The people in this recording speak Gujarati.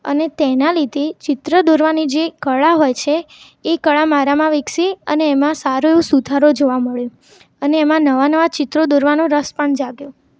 અને તેના લીધે ચિત્ર દોરવાની જે કળા હોય છે એ કળા મારામાં વિકસી અને એમાં સારો એવો સુધારો જોવા મળ્યો અને એમાં નવા નવા ચિત્રો દરવાનો રસ પણ જાગ્યો